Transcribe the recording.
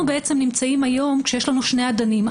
אנחנו נמצאים היום כשיש לנו שני אדנים,